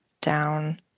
down